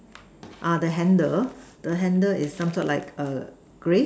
ah the handle the handle is some sort like a grey